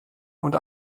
und